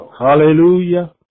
Hallelujah